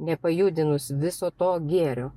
nepajudinus viso to gėrio